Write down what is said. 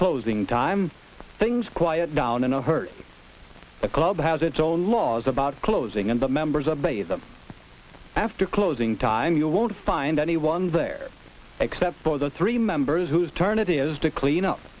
closing time things quiet down in a hurry the club has its own laws about closing and the members of a them after closing time you won't find anyone there except for the three members whose turn it is to clean up